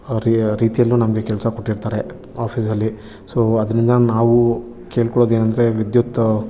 ರೀ ರೀತಿಯಲ್ಲೂ ನಮಗೆ ಕೆಲಸ ಕೊಟ್ಟಿರ್ತಾರೆ ಆಫೀಸಲ್ಲಿ ಸೋ ಅದರಿಂದ ನಾವು ಕೇಳ್ಕೊಳೋದು ಏನಂದರೆ ವಿದ್ಯುತ್